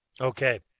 Okay